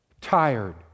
Tired